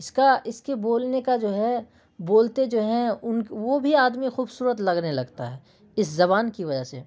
اس کا اس کے بولنے کا جو ہے بولتے جو ہیں ان وہ بھی آدمی خوبصورت لگنے لگتا ہے اس زبان کی وجہ سے